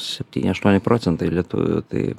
septyni aštuoni procentai lietuvių tai